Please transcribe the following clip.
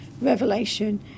revelation